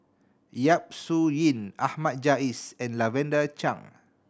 Yap Su Yin Ahmad Jais and Lavender Chang